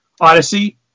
Odyssey